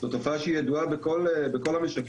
זאת תופעה שהיא ידועה בכל המשקים.